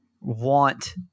want